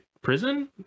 prison